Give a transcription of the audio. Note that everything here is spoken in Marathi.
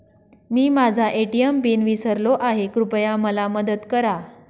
मी माझा ए.टी.एम पिन विसरलो आहे, कृपया मला मदत करा